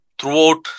throughout